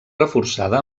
reforçada